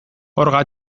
orga